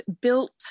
built